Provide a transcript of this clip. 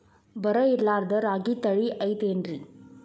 ಬರ ಇರಲಾರದ್ ರಾಗಿ ತಳಿ ಐತೇನ್ರಿ?